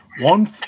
One